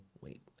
wait